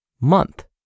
month